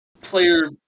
player